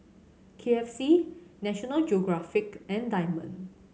K F C National Geographic and Diamond